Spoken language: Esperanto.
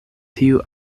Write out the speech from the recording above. tiu